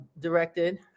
directed